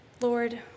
Lord